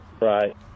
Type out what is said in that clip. Right